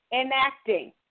enacting